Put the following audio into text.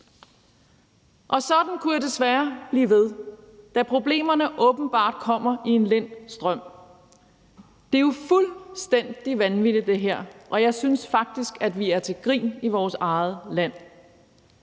Sådan kunne jeg desværre blive ved, da problemerne åbenbart kommer i en lind strøm. Det er jo fuldstændig vanvittigt, og jeg synes faktisk, at vi er til grin i vores eget land.